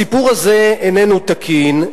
הסיפור הזה איננו תקין,